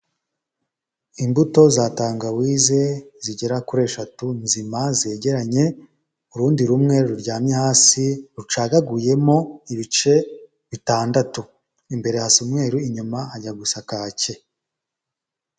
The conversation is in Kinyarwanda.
Imbuto za tangawize zigera kuri eshatu nzima zegeranye, urundi rumwe ruryamye hasi rucagaguyemo ibice bitandatu, imbere hasa umweru inyuma hajya gusa kake.